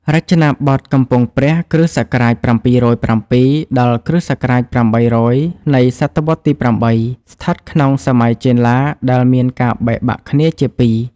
រចនាបថកំពង់ព្រះ គ.ស.៧០៧ ដល់គ.ស. ៨០០ នៃ សតវត្សទី៨ ស្ថិតក្នុងសម័យចេនឡាដែលមានការបែក បាក់គ្នាជាពីរ។